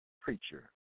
preacher